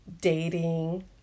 dating